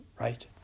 right